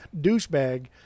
Douchebag